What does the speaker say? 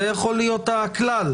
זה יכול להיות הכלל,